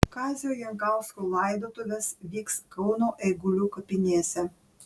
kazio jankausko laidotuvės vyks kauno eigulių kapinėse